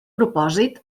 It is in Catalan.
propòsit